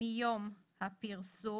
מיום הפרסום.